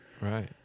Right